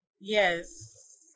Yes